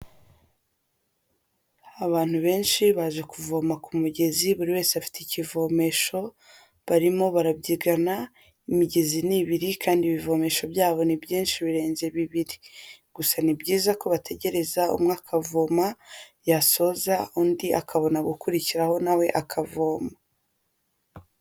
Abantu benshi baje kuvoma ku mugezi buri wese afite ikivomesho, barimo barabyigana, imigezi ni ibiri, kandi ibivomesho byabo ni byinshi birenze bibiri, gusa ni byiza ko bategereza umwe akavoma yasoza undi akabona gukurikiraho nawe akavoma.